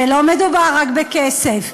ולא מדובר רק בכסף,